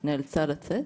שנאלצה לצאת.